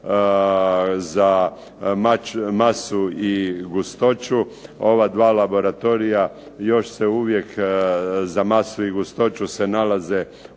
za masu i gustoću, ova dva laboratorija još se uvijek za masu i gustoću se nalaze unutar